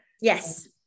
Yes